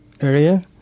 area